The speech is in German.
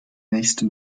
nächste